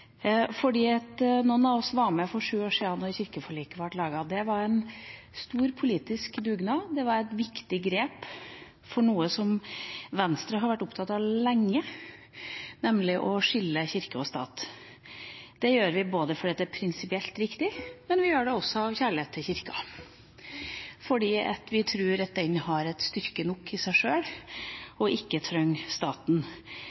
fordi det er prinsipielt riktig, men vi gjør det også av kjærlighet til Kirka, fordi vi tror at den har styrke nok i seg sjøl og ikke trenger staten.